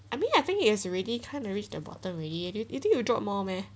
I mean I think is already kind of reach the bottom already you you think will drop more meh